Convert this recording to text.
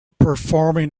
performing